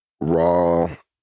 Raw